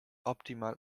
optimal